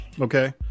okay